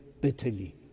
bitterly